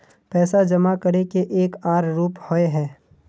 पैसा जमा करे के एक आर रूप होय है?